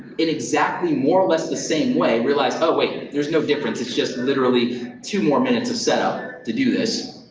in exactly more or less the same way, and realize, oh wait, there's no difference, it's just literally two more minutes of setup to do this.